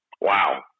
Wow